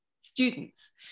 students